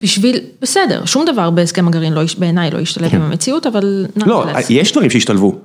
בשביל בסדר, שום דבר בסכם הגרעין בעיניי לא ישתלב עם המציאות, אבל יש דברים שישתלבו.